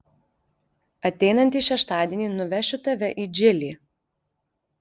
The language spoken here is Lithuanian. ateinantį šeštadienį nuvešiu tave į džilį